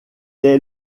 est